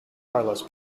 carlos